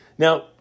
Now